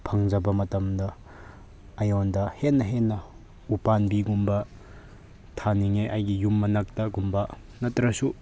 ꯐꯪꯖꯕ ꯃꯇꯝꯗ ꯑꯩꯉꯣꯟꯗ ꯍꯦꯟꯅ ꯍꯦꯟꯅ ꯎꯄꯥꯝꯕꯤꯒꯨꯝꯕ ꯊꯥꯅꯤꯡꯉꯦ ꯑꯩꯒꯤ ꯌꯨꯝ ꯃꯅꯥꯛꯇꯒꯨꯝꯕ ꯅꯠꯇ꯭ꯔꯒꯁꯨ